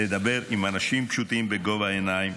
לדבר עם אנשים פשוטים בגובה העיניים.